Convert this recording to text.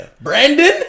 Brandon